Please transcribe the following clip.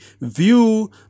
view